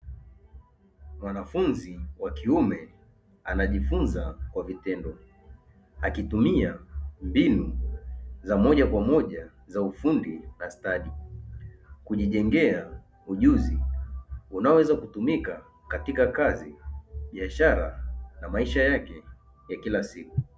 Mwanafunzi wa kiume anajifunza kwa vitendo. Hakitumia mbinu za moja kwa moja za ufundi na stadi kujijengea ujuzi, unaweza kutumika katika kazi biashara na maisha yake ya kila siku.